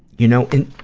you know, in,